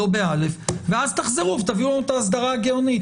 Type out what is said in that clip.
לא ב-א' ואז תחזרו ותביאו את האסדרה הגאונית.